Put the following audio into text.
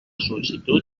sol·licitud